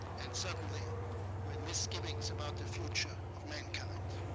and suddenly with misgivings about the future of mankind.